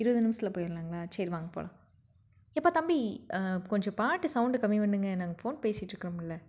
இருபது நிமிசத்தில் போய்டலாங்களா சரி வாங்க போகலாம் எப்பா தம்பி கொஞ்சம் பாட்டு சவுண்ட் கம்மி பண்ணுங்கள் நாங்கள் ஃபோன் பேசிட்டு இருக்கிறோம்ல